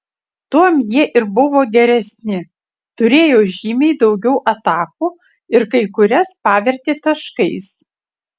tuom jie ir buvo geresni turėjo žymiai daugiau atakų ir kai kurias pavertė taškais